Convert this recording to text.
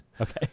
Okay